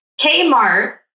Kmart